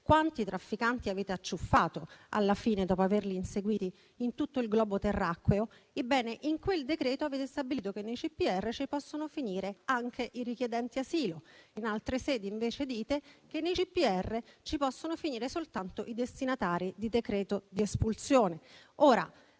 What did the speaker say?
quanti trafficanti avete acciuffato alla fine, dopo averli inseguiti in tutto il globo terracqueo - avete stabilito che nei CPR ci possono finire anche i richiedenti asilo. In altre sedi, invece, dite che nei CPR ci possono finire soltanto i destinatari di decreto di espulsione.